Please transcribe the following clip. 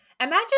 imagine